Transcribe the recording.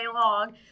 long